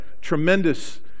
tremendous